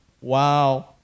Wow